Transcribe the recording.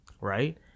right